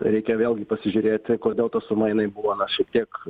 reikia vėlgi pasižiūrėti kodėl ta suma jinai buvo šiek tiek